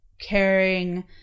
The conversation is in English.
caring